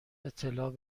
اطلاع